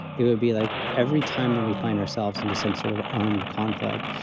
it would be like every time that we find ourselves into some sort of armed conflict,